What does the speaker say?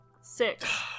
Six